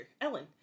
Ellen